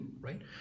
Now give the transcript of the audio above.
right